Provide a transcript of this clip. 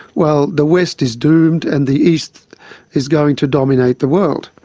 well, the west is doomed and the east is going to dominate the world.